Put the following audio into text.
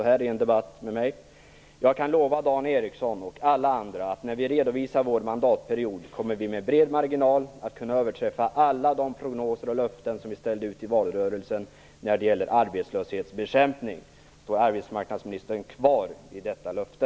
Han sade då att han kunde lova mig och alla andra att när regeringen redovisar sin mandatperiod kommer den med bred marginal att kunna överträffa alla de prognoser och löften man gett i valrörelsen när det gäller arbetslöshetsbekämpningen. Står arbetsmarknadsministern kvar vid detta löfte?